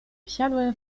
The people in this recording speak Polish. wsiadłem